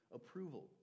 approval